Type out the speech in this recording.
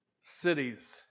cities